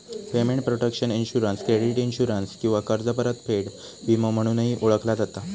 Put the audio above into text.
payment protection insurance credit insurance किंवा कर्ज परतफेड विमो म्हणूनही ओळखला जाता